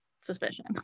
suspicion